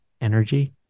energy